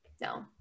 no